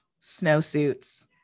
snowsuits